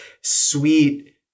sweet